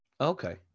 Okay